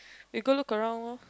we go look around lor